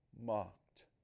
mocked